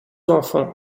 enfants